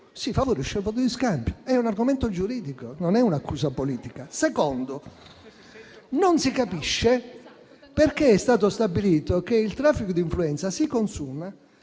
si favorisce il voto di scambio: è un argomento giuridico, non è un'accusa politica. In secondo luogo, non si capisce perché è stato stabilito che il traffico di influenze si consuma